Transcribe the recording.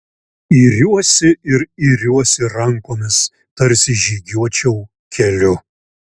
iriuosi ir iriuosi rankomis tarsi žygiuočiau keliu